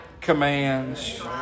commands